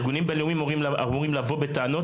ארגונים בין לאומיים אמורים לבוא בטענות